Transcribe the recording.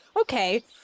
Okay